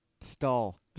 stall